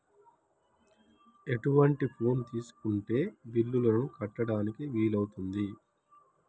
ఎటువంటి ఫోన్ తీసుకుంటే బిల్లులను కట్టడానికి వీలవుతది?